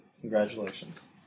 Congratulations